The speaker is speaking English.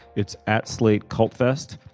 it's at slate. cult fest.